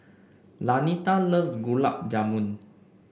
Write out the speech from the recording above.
Lanita loves Gulab Jamun